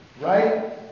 Right